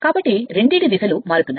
కాబట్టి రెండు దిశలు మారుతున్నాయి